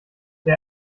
der